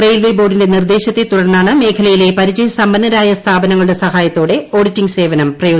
railway ബോർഡിന്റെ നിർദേശത്തെ തുടർന്നാണ് മേഖലയിലെ പരിചയസമ്പന്നരായ സ്ഥാപനങ്ങളുടെ സഹായത്തോടെ ഓഡിറ്റിംഗ് സേവനം പ്രയോജനപ്പെടുത്തുന്നത്